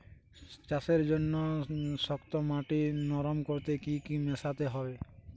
চাষের জন্য শক্ত মাটি নরম করতে কি কি মেশাতে হবে?